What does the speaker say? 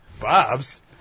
Bob's